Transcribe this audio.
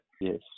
Yes